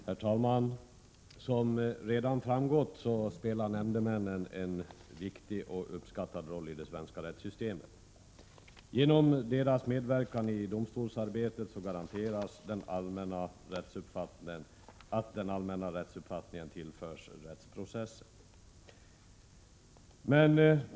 Herr talman! Som redan har sagts spelar nämndemännen en viktig och uppskattad roll i det svenska rättssystemet. Genom deras medverkan i domstolsarbetet garanteras att den allmänna rättsuppfattningen tillförs rättsprocessen.